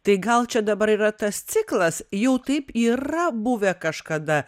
tai gal čia dabar yra tas ciklas jau taip yra buvę kažkada